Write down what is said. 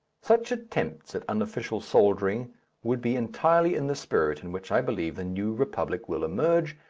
such attempts at unofficial soldiering would be entirely in the spirit in which i believe the new republic will emerge,